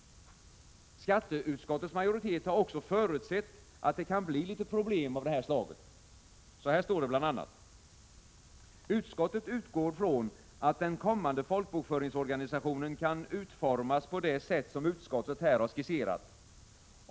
Skatteutskottets majoritet har också förutsett att det kan bli litet problem av det här slaget. Så här står det bl.a.: ”Utskottet utgår från att den kommande folkbokföringsorganisationen kan utformas på det sätt som utskottet här har skisserat.